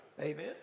Amen